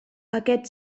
aquest